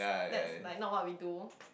that's like not what we do